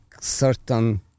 certain